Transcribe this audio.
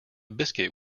biscuit